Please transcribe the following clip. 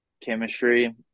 chemistry